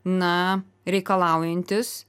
na reikalaujantis